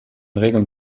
regeln